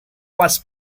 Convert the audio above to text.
was